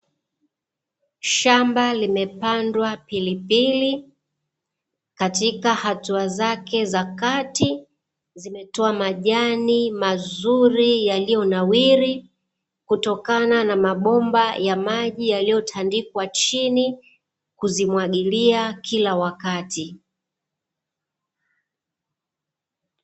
Shamba limepandwa pilipili katika hatua zake za kati zimetoa majani mazuri, yaliyonawiri kutokana na mabomba ya maji yaliyotandikwa chini kuzimwagilia kila wakati.